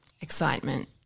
Excitement